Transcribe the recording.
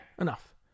enough